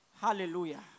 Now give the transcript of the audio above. Hallelujah